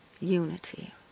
Unity